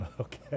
Okay